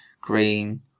green